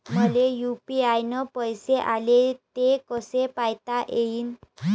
मले यू.पी.आय न पैसे आले, ते कसे पायता येईन?